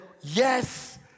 yes